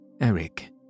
Eric